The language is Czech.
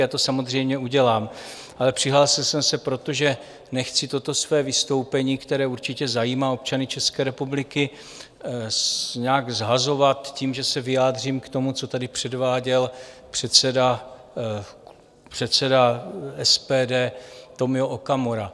Já to samozřejmě udělám, ale přihlásil jsem se proto, že nechci toto své vystoupení, které určitě zajímá občany České republiky, nějak shazovat tím, že se vyjádřím k tomu, co tady předváděl předseda SPD Tomio Okamura.